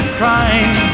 crying